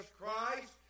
Christ